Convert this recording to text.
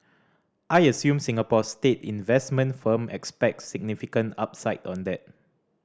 I assume Singapore's state investment firm expects significant upside on that